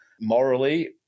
morally